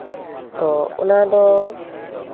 ᱛᱚ ᱚᱱᱟᱫᱚ